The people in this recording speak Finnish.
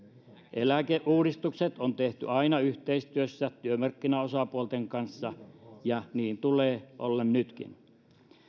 eläkeuudistukset on tehty aina yhteistyössä työmarkkinaosapuolten kanssa ja niin tulee olla nytkin